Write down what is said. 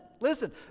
listen